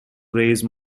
raise